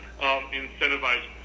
incentivize